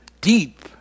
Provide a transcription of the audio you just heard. deep